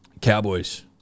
Cowboys